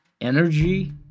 energy